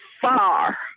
far